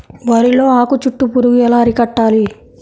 వరిలో ఆకు చుట్టూ పురుగు ఎలా అరికట్టాలి?